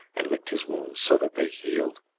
and licked his wounds so that they healed.